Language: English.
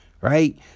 right